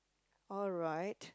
alright